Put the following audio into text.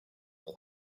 juan